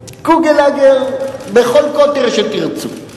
קוגלאגר בכל קוטר שתרצו.